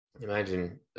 imagine